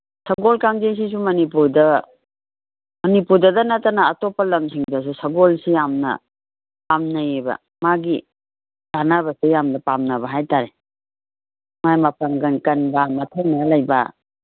ꯁꯒꯣꯜ ꯀꯥꯡꯖꯩꯁꯤꯁꯨ ꯃꯅꯤꯄꯨꯔꯗ ꯅꯠꯇꯅ ꯑꯇꯣꯞꯄ ꯂꯝꯁꯤꯡꯗꯁꯨ ꯁꯒꯣꯜꯁꯤꯅ ꯌꯥꯝꯅ ꯄꯥꯝꯅꯩꯌꯦꯕ ꯃꯥꯒꯤ ꯀꯥꯅꯕꯁꯦ ꯌꯥꯝꯅ ꯄꯥꯝꯅꯕ ꯍꯥꯏ ꯇꯥꯔꯦ ꯃꯥꯏ ꯃꯄꯥꯡꯒꯟ ꯀꯟꯕ ꯃꯊꯧꯅꯥ ꯂꯩꯕ